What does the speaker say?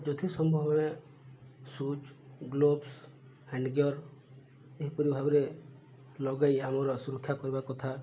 ଯଥା ସମ୍ଭବ shoes gloves hand gear ଏହିପରି ଭାବରେ ଲଗାଇ ଆମର ସୁରକ୍ଷା କରିବା କଥା